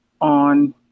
on